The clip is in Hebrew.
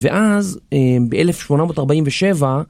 ואז, באלף שמונה מאות ארבעים ושבע